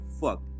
fuck